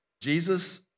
Jesus